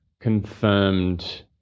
confirmed